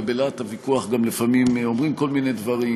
ובלהט הוויכוח גם לפעמים אומרים כל מיני דברים,